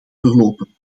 verlopen